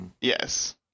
Yes